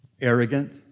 arrogant